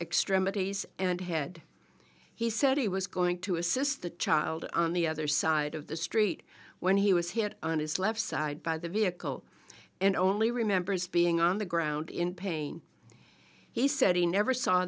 extremities and head he said he was going to assist the child on the other side of the street when he was hit on his left side by the vehicle and only remembers being on the ground in pain he said he never saw